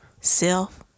self